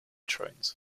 trains